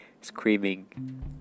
screaming